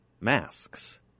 masks